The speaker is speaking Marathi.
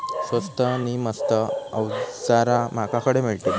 स्वस्त नी मस्त अवजारा माका खडे मिळतीत?